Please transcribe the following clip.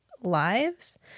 lives